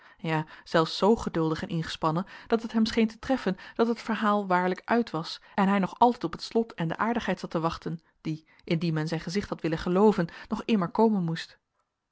ja zelfs zoo geduldig en ingespannen dat het hem scheen te treffen dat het verhaal waarlijk uit was en hij nog altijd op het slot en de aardigheid zat te wachten die indien men zijn gezicht had willen gelooven nog immer komen moesten